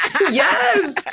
Yes